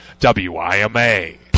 WIMA